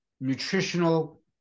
nutritional